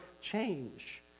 change